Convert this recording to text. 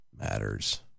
matters